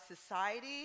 society